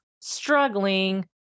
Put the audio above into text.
struggling